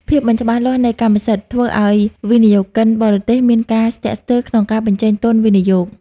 ភាពមិនច្បាស់លាស់នៃកម្មសិទ្ធិ ធ្វើឱ្យវិនិយោគិនបរទេសមានការស្ទាក់ស្ទើរក្នុងការបញ្ចេញទុនវិនិយោគ។